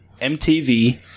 MTV